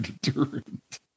deterrent